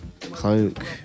cloak